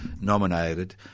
nominated